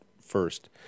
first